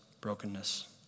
brokenness